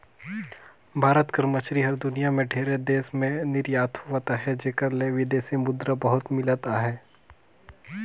भारत कर मछरी हर दुनियां में ढेरे देस में निरयात होवत अहे जेकर ले बिदेसी मुद्रा बहुत मिलत अहे